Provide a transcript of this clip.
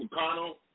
McConnell